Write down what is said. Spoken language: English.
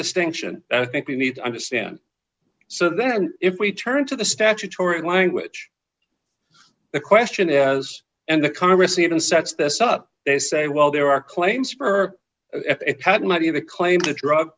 distinction i think we need to understand so then if we turn to the statutory language the question as and the congress even sets this up they say well there are claims per patent many of the claims of drug